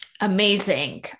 Amazing